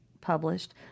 published